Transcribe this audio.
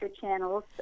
channels